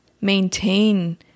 maintain